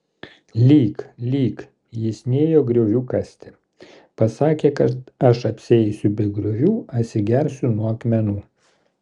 lyk lyk jis nėjo griovių kasti pasakė kad aš apsieisiu be griovių atsigersiu nuo akmenų